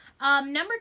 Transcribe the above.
number